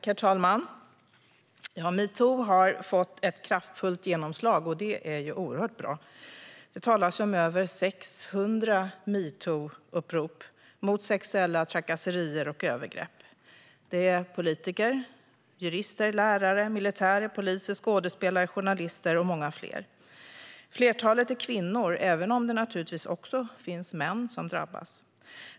Herr talman! Metoo har fått ett kraftfullt genomslag, och det är oerhört bra. Det talas om över 600 metoo-upprop mot sexuella trakasserier och övergrepp. Det är politiker, jurister, lärare, militärer, poliser, skådespelare, journalister och många fler. Flertalet är kvinnor, även om det naturligtvis också finns män som drabbats.